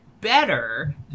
better